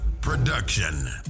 production